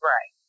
Right